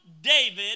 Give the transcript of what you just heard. David